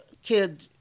kid